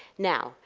now,